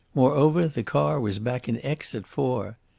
moreover, the car was back in aix at four.